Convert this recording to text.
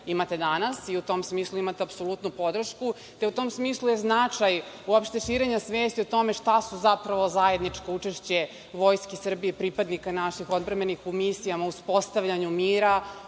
imate danas i u tom smislu imate apsolutnu podršku.U tom smislu je značaj uopšte širenja svesti o tome šta su zapravo zajedničko učešće Vojske Srbije i pripadnika naših odbrambenih u misijama u uspostavljanju mira,